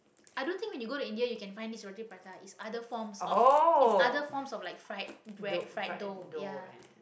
i don't think when you go to india you can find this roti-prata is other forms of is other forms of like fried bread fried dough